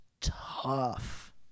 tough